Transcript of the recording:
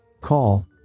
Call